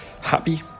happy